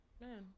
man